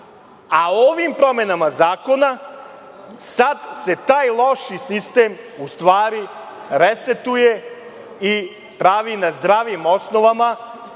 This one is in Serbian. a ovim promenama zakona sad se taj loš sistem u stvari resetuje i pravi na zdravim osnovama